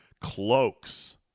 Cloaks